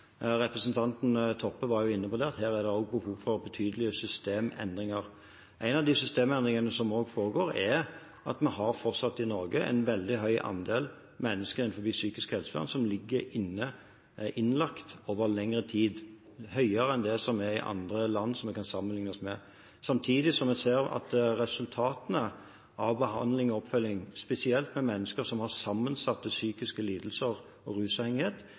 Representanten Toppe var inne på det, at det også her er behov for betydelige systemendringer. En av de systemendringene som foregår, er at vi i Norge fortsatt har en veldig høy andel mennesker innen psykisk helsevern som ligger innlagt over lengre tid, høyere enn land vi kan sammenligne oss med. Samtidig ser vi at resultatene av behandling og oppfølging, spesielt for mennesker som har sammensatte psykiske lidelser og rusavhengighet,